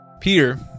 Peter